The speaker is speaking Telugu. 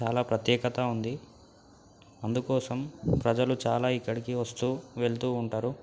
చాలా ప్రత్యేకత ఉంది అందుకోసం ప్రజలు చాలా ఇక్కడికి వస్తు వెళుతు ఉంటారు